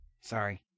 Sorry